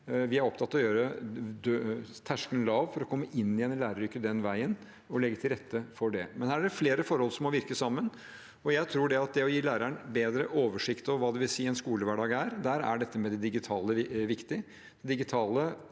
Vi er opptatt av å gjøre terskelen lav for å komme inn igjen i læreryrket den veien og legge til rette for det. Her er det flere forhold som må virke sammen. Jeg tror at når det gjelder å gi læreren bedre oversikt over hva en skolehverdag er, er det digitale viktig.